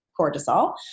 cortisol